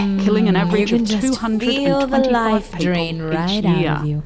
killing an average of two hundred and twenty five people each year.